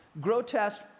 grotesque